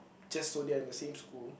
just so they are in the same school